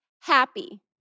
happy